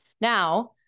Now